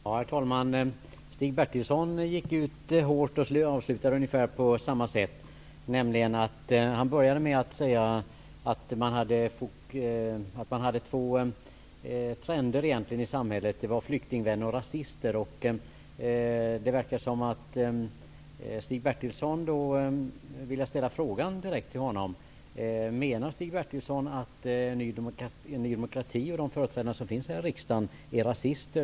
Herr talman! Stig Bertilsson gick ut hårt och avslutade sitt anförande ungefär på samma sätt. Han började med att säga att det fanns två trender i samhället: flyktingvänner och rasister. Jag vill då fråga: Menar Stig Bertilsson att Ny demokratis företrädare här i riksdagen är rasister?